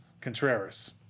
Contreras